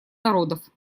народов